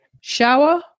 shower